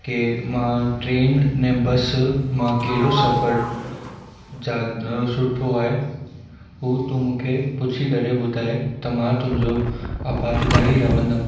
कि मां ट्रेन ने बस मां कहिड़ो सफ़र जा सुठो आहे हू तूं मूंखे पुछी करे ॿुधाए त मां तुंहिंजो अपादकारी रहंदमि